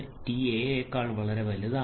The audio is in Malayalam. ടി 6 തീർച്ചയായും ഈ ടിഎയേക്കാൾ വളരെ വലുതാണ്